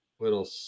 little